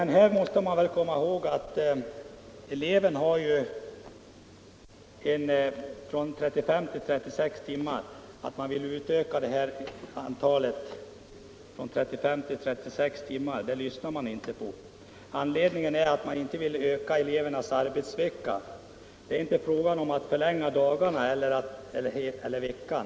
Nej, men eleverna har en skolvecka på 35-36 timmar, och ingen vill ens lyssna på talet om att öka ut den tiden. Här är det heller inte fråga om att utöka timantalet eller att förlänga skolveckan.